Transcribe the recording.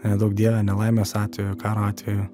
neduok dieve nelaimės atveju karo atveju